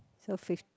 so fifth